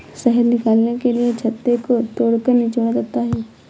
शहद निकालने के लिए छत्ते को तोड़कर निचोड़ा जाता है